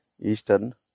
eastern